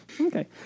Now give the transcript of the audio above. Okay